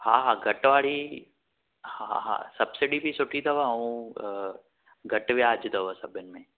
हा हा घटि वारी हा हा सब्सिडी बि सुठी अथव ऐं घटि वियाजु अथव सभिनि में